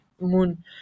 moon